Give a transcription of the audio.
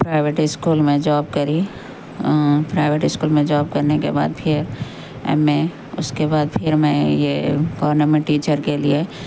private school میں job کری private school میں جاب کرنے کے بعد پھر ایم اے اس کے بعد پھر میں یہ گورنمنٹ ٹیچر کے لیے